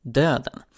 döden